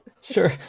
Sure